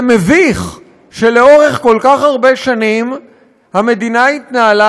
זה מביך שלאורך כל כך הרבה שנים המדינה התנהלה,